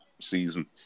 season